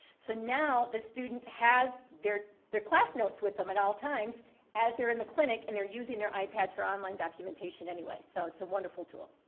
so now the student has their class notes with them at all times as they're in the clinic, and they're using their ipads for online documentation anyway. so it's a wonderful tool.